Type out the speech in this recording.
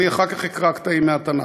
אחר כך אקרא קטעים מהתנ"ך.